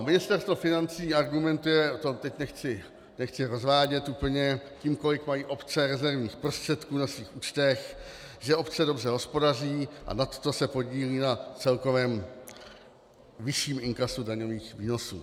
Ministerstvo financí argumentuje, to teď nechci rozvádět úplně, tím, kolik mají obce rezervních prostředků na svých účtech, že obce dobře hospodaří a nadto se podílejí na celkovém vyšším inkasu daňových výnosů.